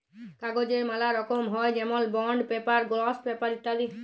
কাগজের ম্যালা রকম হ্যয় যেমল বন্ড পেপার, গ্লস পেপার ইত্যাদি